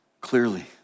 clearly